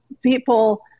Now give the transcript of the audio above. people